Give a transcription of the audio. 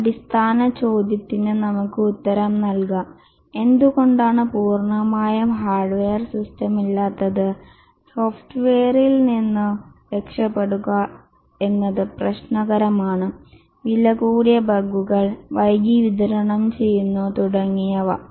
ഈ അടിസ്ഥാന ചോദ്യത്തിന് നമുക്ക് ഉത്തരം നൽകാം എന്തുകൊണ്ടാണ് പൂർണ്ണമായും ഹാർഡ്വെയർ സിസ്റ്റം ഇല്ലാത്തത് സോഫ്റ്റ്വെയറിൽ നിന്ന് എന്ത് കൊണ്ട് രക്ഷപെടുന്നില്ല കാരണം സോഫ്റ്റ്വെയർ കുറെ പ്രശ്നങ്ങൾ ഉണ്ടല്ലോ ചിലവേറിയ ബഗുകൾ വൈകി വിതരണം ചെയ്യുന്നു തുടങ്ങിയവ